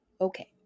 Okay